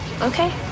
Okay